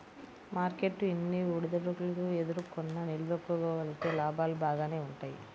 market ఎన్ని ఒడిదుడుకులు ఎదుర్కొన్నా నిలదొక్కుకోగలిగితే లాభాలు బాగానే వుంటయ్యి